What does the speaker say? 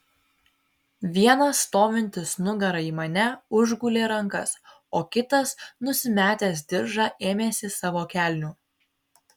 vienas stovintis nugara į mane užgulė rankas o kitas nusimetęs diržą ėmėsi savo kelnių